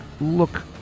look